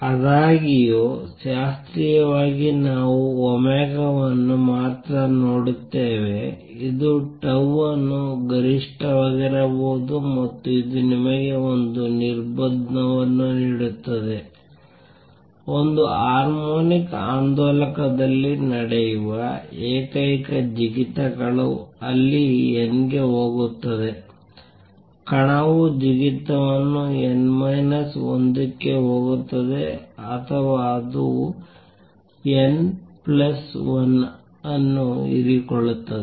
ಆದಾಗ್ಯೂ ಶಾಸ್ತ್ರೀಯವಾಗಿ ನಾವು ಒಮೆಗಾ ವನ್ನು ಮಾತ್ರ ನೋಡುತ್ತೇವೆ ಇದು ಟೌ ಅನ್ನು ಗರಿಷ್ಠವಾಗಿರಬಹುದು ಮತ್ತು ಇದು ನಿಮಗೆ ಒಂದು ನಿರ್ಬಂಧವನ್ನು ನೀಡುತ್ತದೆ ಒಂದು ಹಾರ್ಮೋನಿಕ್ ಆಂದೋಲಕದಲ್ಲಿ ನಡೆಯುವ ಏಕೈಕ ಜಿಗಿತಗಳು ಅಲ್ಲಿ n ಗೆ ಹೋಗುತ್ತದೆ ಕಣವು ಜಿಗಿತವನ್ನು n ಮೈನಸ್ 1 ಗೆ ಹೋಗುತ್ತದೆ ಅಥವಾ ಅದು n ಪ್ಲಸ್ 1 ಅನ್ನು ಹೀರಿಕೊಳ್ಳುತ್ತದೆ